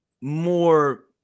more